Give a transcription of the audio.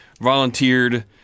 volunteered